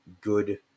good